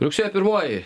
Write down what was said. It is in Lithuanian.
rugsėjo pirmoji